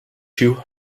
you